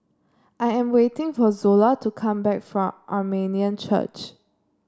I am waiting for Zola to come back from Armenian Church